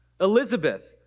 Elizabeth